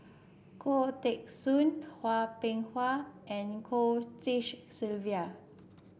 Khoo Teng Soon Hwang Peng and Goh Tshin Sylvia